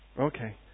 Okay